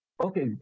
Okay